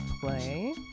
play